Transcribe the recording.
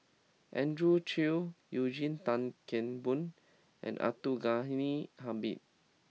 Andrew Chew Eugene Tan Kheng Boon and Abdul Ghani Hamid